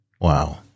Wow